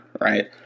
right